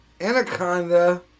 Anaconda